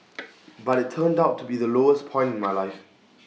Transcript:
but IT turned out to be the lowest point in my life